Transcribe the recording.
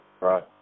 right